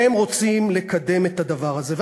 שהם רוצים לקדם את הדבר הזה.